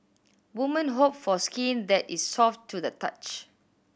woman hope for skin that is soft to the touch